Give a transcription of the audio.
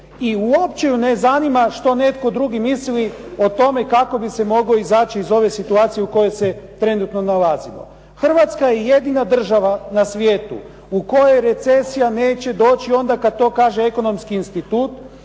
i uopće ju ne zanima što netko drugi misli o tome kako bi se moglo izaći iz ove situacije u kojoj se trenutno nalazimo. Hrvatska je jedina država na svijetu u kojoj recesija neće doći onda kada to kaže ekonomski institut,